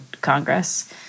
Congress